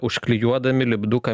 užklijuodami lipduką